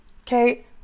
okay